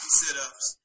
sit-ups